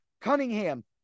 Cunningham